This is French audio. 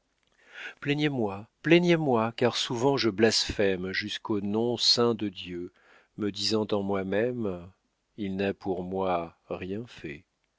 plaignez-moi plaignez-moi car souvent je blasphème jusqu'au nom saint de dieu me disant à moi-même il n'a pour moi rien fait